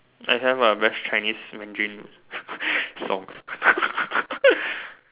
I have ah best Chinese Mandarin songs